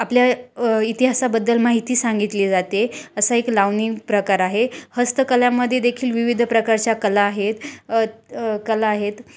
आपल्या इतिहासाबद्दल माहिती सांगितली जाते असा एक लावणी प्रकार आहे हस्तकलेमध्ये देेखील विविध प्रकारच्या कला आहेत कला आहेत